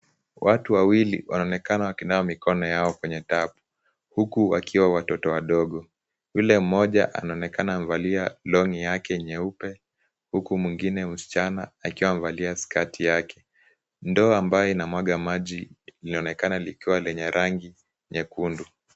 Watu wawili wanaonekana wakinawa mikono yao kwenye tap , huku wakiwa watoto wadogo. Yule mmoja anaonekana amevalia long'i yake nyeupe huku mwingine msichana akiwa amevalia skirt yake. Ndoo ambayo inamwaga maji linaonekana likiwa lenye rangi nyekundu.